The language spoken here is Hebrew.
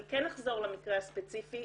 אני כן אחזור למקרה הספציפי,